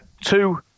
Two